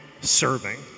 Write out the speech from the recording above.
serving